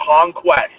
conquest